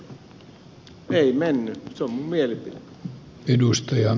ei mennyt se on minun mielipiteeni